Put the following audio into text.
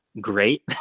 great